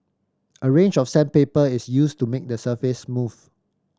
a range of sandpaper is used to make the surface smooth